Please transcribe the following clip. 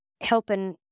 helping